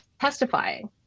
testifying